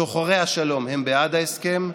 שוחרי השלום הם בעד ההסכם,